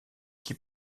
qui